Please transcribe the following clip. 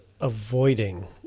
avoiding